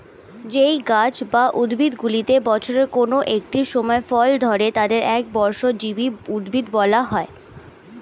যেই গাছ বা উদ্ভিদগুলিতে বছরের কোন একটি সময় ফল ধরে তাদের একবর্ষজীবী উদ্ভিদ বলা হয়